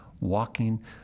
walking